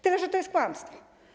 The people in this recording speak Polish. Tyle że to jest kłamstwo.